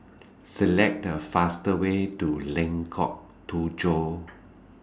Select The fastest Way to Lengkok Tujoh